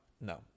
no